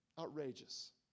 outrageous